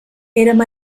érem